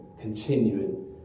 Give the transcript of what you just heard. continuing